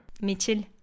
Mitchell